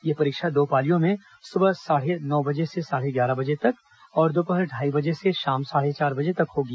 यह परीक्षा दो पालियों में सुबह साढ़े नौ बजे से साढ़े ग्यारह बजे तक और दोपहर ढाई बजे से शाम साढ़े चार बजे तक होगी